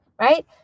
right